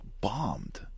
bombed